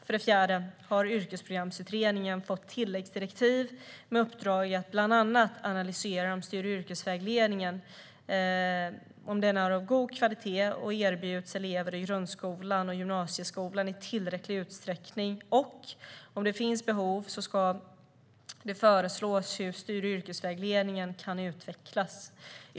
För det fjärde har Yrkesprogramsutredningen fått tilläggsdirektiv med uppdrag att bland annat analysera om studie och yrkesvägledning av god kvalitet erbjuds eleverna i grundskolan och gymnasieskolan i tillräcklig utsträckning och, om det finns behov, föreslå hur studie och yrkesvägledningen kan utvecklas .